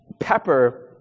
pepper